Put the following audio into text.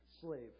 slave